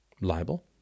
libel